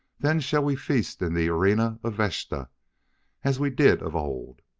then shall we feast in the arena of vashta as we did of old.